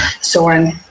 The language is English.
Soren